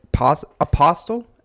apostle